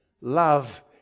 love